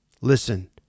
Listen